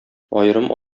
аерым